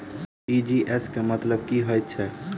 TGS केँ मतलब की हएत छै?